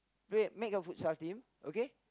make a futsal team okay